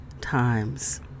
times